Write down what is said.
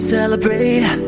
Celebrate